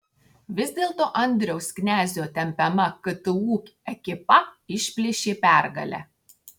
vis dėlto andriaus knezio tempiama ktu ekipa išplėšė pergalę